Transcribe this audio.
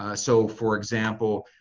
ah so for example,